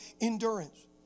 endurance